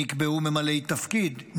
נקבעו ממלאי תפקיד,